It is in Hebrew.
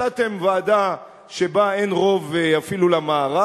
הצעתם ועדה שבה אין רוב אפילו למערב,